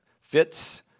fits